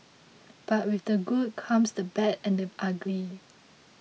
but with the good comes the bad and the ugly